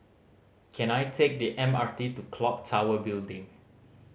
can I take the M R T to Clock Tower Building